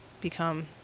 become